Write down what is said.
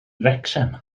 wrecsam